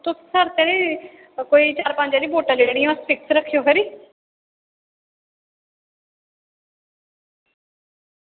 तुस साढ़े ताईं कोई चार पंज हारियां बोटां लेई लैनिया फिक्स रक्खेओ खरी